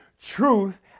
truth